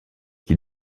qui